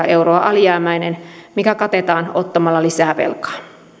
euroa alijäämäinen mikä katetaan ottamalla lisää velkaa